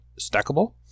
stackable